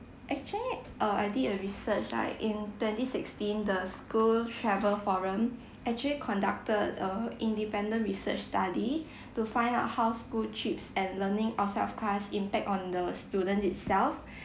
actually uh I did a research right in twenty sixteen the school travel forum actually conducted a independent research study to find out how school trips and learning outside of class impact on the student itself